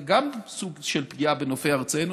גם זה סוג של פגיעה בנופי ארצנו,